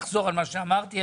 לחזור על מה שאמרתי,